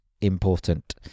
important